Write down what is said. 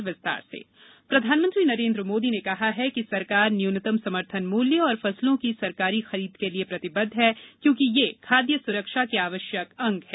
विश्व खाद्य दिवस प्रधानमंत्री नरेंद्र मोदी ने कहा है कि सरकार न्यूनतम समर्थन मूल्य और फसलों की सरकारी खरीद के लिए प्रतिबद्ध हैं क्योंकि ये खाद्य सुरक्षा के आवश्यक अंग है